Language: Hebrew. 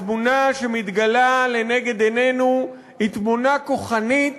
התמונה שמתגלה לנגד עינינו היא תמונה כוחנית